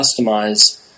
customize